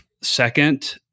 Second